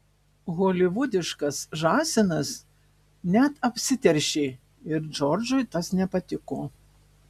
holivudiškas žąsinas net apsiteršė ir džordžui tas nepatiko